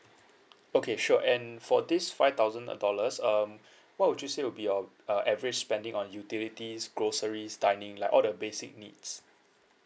okay sure and for this five thousand dollars um what would you say would be your uh average spending on utilities groceries dining like all the basic needs